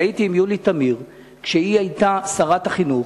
הייתי עם יולי תמיר, כשהיא היתה שרת החינוך,